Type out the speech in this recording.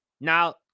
Now